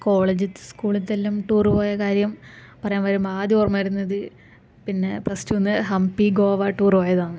കോളേജിലത്തേയും സ്കൂളിൽത്തെ എല്ലാം ടൂറ് പോയ കാര്യം പറയാന് വരുമ്പം ആദ്യം ഓര്മ്മ വരുന്നത് പിന്നെ പ്ലസ് ടു വിന് ഹംപി ഗോവ ടൂറ് പോയതാണ്